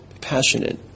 passionate